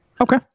Okay